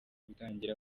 gutangira